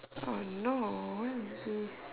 oh no who is this